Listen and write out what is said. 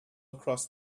across